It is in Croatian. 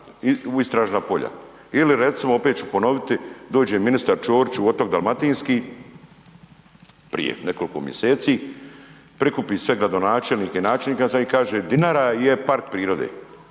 Ili recimo opet ću ponoviti, dođe ministar Čorić u Otok dalmatinski prije nekoliko mjeseci, prikupi sve gradonačelnike i načelnike i sad im kaže Dinara je park prirode,